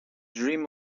dream